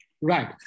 right